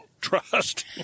trust